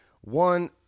One